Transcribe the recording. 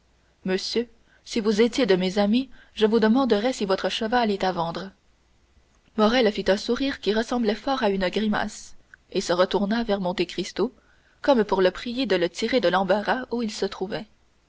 monsieur si vous étiez de mes amis je vous demanderais si votre cheval est à vendre morrel fit un sourire qui ressemblait fort à une grimace et se retourna vers monte cristo comme pour le prier de le tirer de l'embarras où il se trouvait